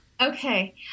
Okay